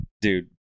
Dude